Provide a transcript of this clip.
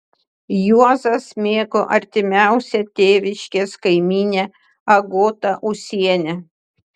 juozas mėgo artimiausią tėviškės kaimynę agotą ūsienę